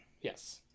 Yes